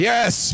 Yes